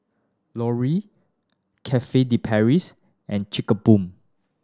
Laurier Cafe De Paris and Chic Boo